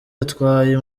atwaye